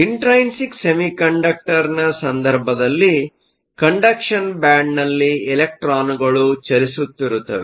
intrinsic ಸೆಮಿಕಂಡಕ್ಟರ್ನ ಸಂದರ್ಭದಲ್ಲಿ conduction ಬ್ಯಾಂಡ್ನಲ್ಲಿ ಎಲೆಕ್ಟ್ರಾನ್ಗಳು ಚಲಿಸುತ್ತಿರುತ್ತವೆ